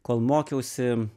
kol mokiausi